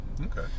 okay